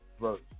Verse